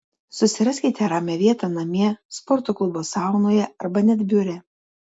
susiraskite ramią vietą namie sporto klubo saunoje arba net biure